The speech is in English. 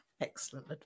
Excellent